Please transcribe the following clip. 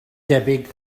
debyg